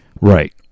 right